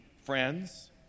friends